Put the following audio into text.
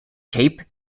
cape